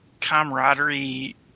camaraderie